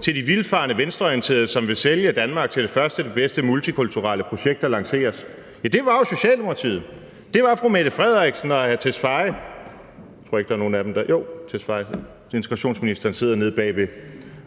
til de vildfarne venstreorienterede, som vil sælge Danmark til det første og det bedste multikulturelle projekt, der lanceres? Ja, det var jo Socialdemokratiet. Det var fru Mette Frederiksen og hr. Mattias Tesfaye. Udlændinge- og integrationsministeren sidder nede bagved